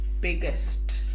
biggest